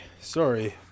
sorry